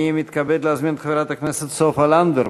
אני מתכבד להזמין את חברת הכנסת סופה לנדבר,